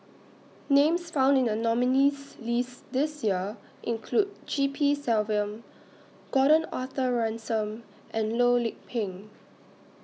Names found in The nominees' list This Year include G P Selvam Gordon Arthur Ransome and Loh Lik Peng